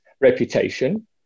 reputation